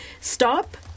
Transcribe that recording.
stop